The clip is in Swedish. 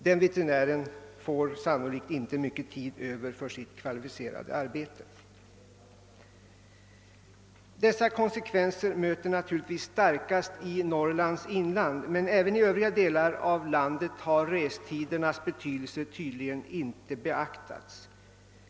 Denne veterinär får inte mycken tid över för sitt kvalificerade arbete. Dessa konsekvenser möter man naturligtvis starkast i Norrlands inland men även i Övriga delar av landet har restidernas betydelse uppenbarligen inte beaktats.